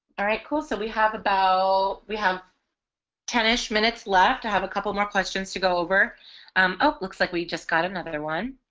all right cool so we have about so we have ten ish minutes left i have a couple more questions to go over um oh looks like we just got another one